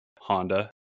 Honda